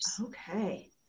Okay